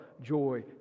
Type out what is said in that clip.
joy